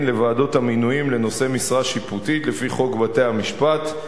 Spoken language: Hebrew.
לוועדות המינויים לנושאי משרה שיפוטית לפי חוק בתי-המשפט ,